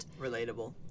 Relatable